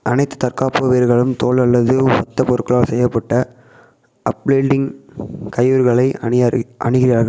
அனைத்து தற்காப்பு வீரர்களும் தோல் அல்லது ஒத்த பொருட்களால் செய்யப்பட்ட அப்ளண்டிங் கையுறைகளை அணியாரி அணிகிறார்கள்